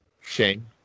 Shane